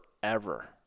forever